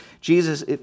Jesus